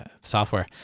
software